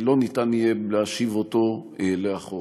לא ניתן יהיה להשיב אותו לאחור.